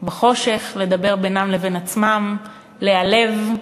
בחושך, לדבר בינם לבין עצמם, להיעלב.